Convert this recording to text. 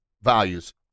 values